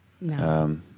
No